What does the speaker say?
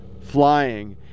flying